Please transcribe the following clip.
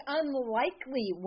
unlikely